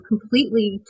completely